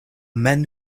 men